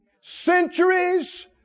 Centuries